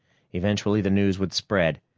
eventually, the news would spread,